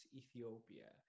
ethiopia